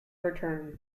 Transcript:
return